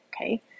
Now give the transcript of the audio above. Okay